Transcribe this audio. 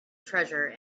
treasure